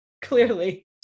clearly